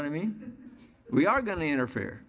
i mean we are gonna interfere.